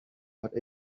but